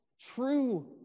true